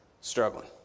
struggling